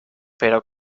pero